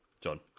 John